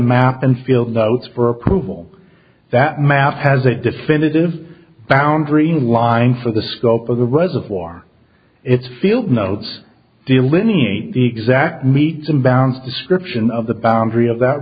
map and filled out for approval that map has a definitive boundary in line for the scope of the reservoir its field notes delineate the exact meets abounds description of the boundary of that